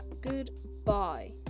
goodbye